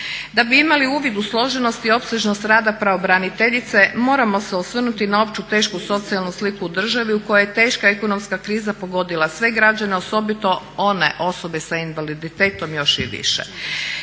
Da bi imali uvid u složenost i opsežnost rada pravobraniteljice moramo se osvrnuti na opću tešku socijalnu sliku u državi u kojoj je teška ekonomska kriza pogodila sve građane osobito one osobe sa invaliditetom još i više.